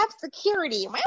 security